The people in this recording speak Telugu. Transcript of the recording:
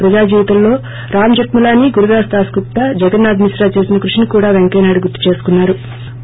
ప్రజా జీవితంలో రామ్ జెర్మలాని గురుదాస్ దాస్గుప్తా జగన్నాథ్ మిశ్రా చేసిన కృషిని కూడా పెంకయ్యనాయుడు గుర్తు చేసుకున్నా రు